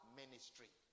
ministry